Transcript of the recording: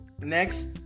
Next